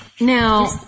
Now